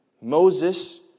Moses